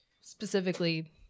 specifically